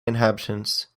inhabitants